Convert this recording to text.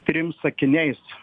trim sakiniais